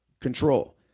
control